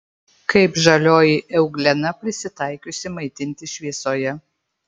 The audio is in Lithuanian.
kaip žalioji euglena prisitaikiusi maitintis šviesoje